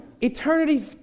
eternity